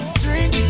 drink